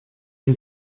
une